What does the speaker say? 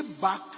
back